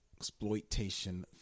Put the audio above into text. exploitation